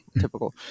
typical